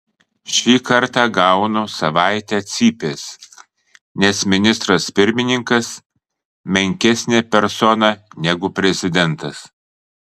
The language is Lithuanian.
šį kartą gaunu savaitę cypės nes ministras pirmininkas menkesnė persona negu prezidentas